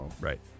right